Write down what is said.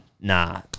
nah